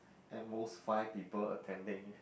at most five people attending